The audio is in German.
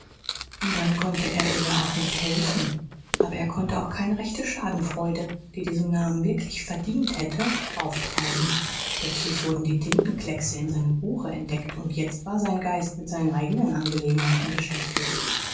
und dann konnte er ihr ja auch nicht helfen aber er konnte auch keine rechte schadenfreude die diesen namen wirklich verdient hätte auftreiben plötzlich wurden die tintenkleckse in seinem buche entdeckt und jetzt war sein geist mit seinen eigenen angelegenheiten beschäftigt